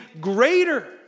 greater